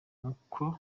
uko